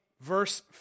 verse